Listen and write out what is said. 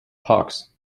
parks